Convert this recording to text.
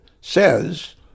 says